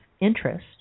interest